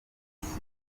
bafite